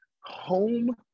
Home